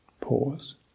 pause